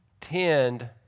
Tend